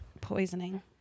poisoning